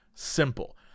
Simple